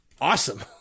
Awesome